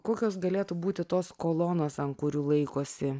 kokios galėtų būti tos kolonos ant kurių laikosi